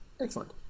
Excellent